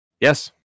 Yes